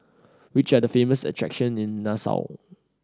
which are the famous attraction in Nassau